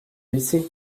lycée